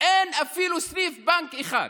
ואין אפילו סניף בנק אחד.